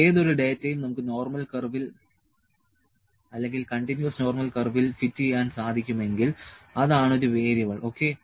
ഏതൊരു ഡാറ്റയും നമുക്ക് നോർമൽ കർവിൽ അല്ലെങ്കിൽ കണ്ടിന്യൂവസ് നോർമൽ കർവിൽ ഫിറ്റ് ചെയ്യാൻ സാധിക്കുമെങ്കിൽ അതാണ് ഒരു വേരിയബിൾ ഓക്കേ